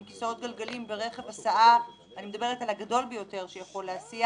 כיסאות גלגלים ברכב הסעה אני מדברת על הרכב הגדול ביותר שיכול להסיע